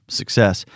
success